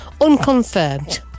unconfirmed